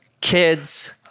kids